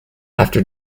after